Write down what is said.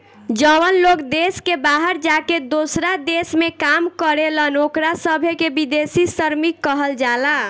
जवन लोग देश के बाहर जाके दोसरा देश में काम करेलन ओकरा सभे के विदेशी श्रमिक कहल जाला